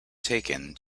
taken